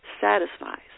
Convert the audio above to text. satisfies